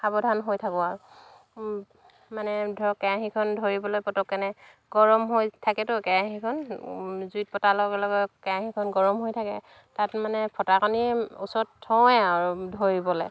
সাৱধান হৈ থাকোঁ আৰু মানে ধৰক কেৰাহীখন ধৰিবলৈ পটককেনে গৰম হৈ থাকেতো কেৰাহীখন জুইত পতাৰ লগে লগে কেৰাহীখন গৰম হৈ থাকে তাত মানে ফটাকানি ওচৰত থওৱেই আৰু ধৰিবলৈ